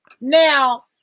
now